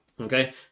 Okay